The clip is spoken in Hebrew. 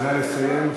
נא לסיים.